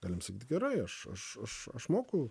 galim sakyti gerai aš aš aš